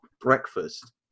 breakfast